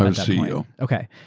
and ceo. okay,